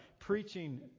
preaching